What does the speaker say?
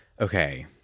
okay